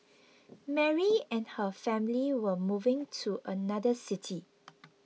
Mary and her family were moving to another city